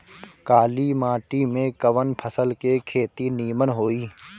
काली माटी में कवन फसल के खेती नीमन होई?